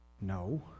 No